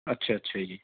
ਅੱਛਾ ਅੱਛਾ ਜੀ